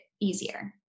easier